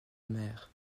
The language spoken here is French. mer